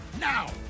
Now